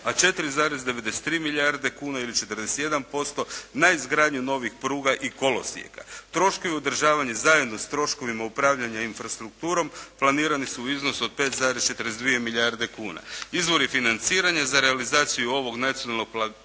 a 4,93 milijarde kuna ili 41% na izgradnju novih pruga i kolosijeka. Troškovi održavanja zajedno s troškovima upravljanja infrastrukturom planirani su u iznosu od 5,42 milijarde kuna. Izvori financiranja za realizaciju ovog nacionalnog programa